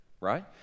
Right